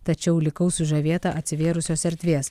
tačiau likau sužavėta atsivėrusios erdvės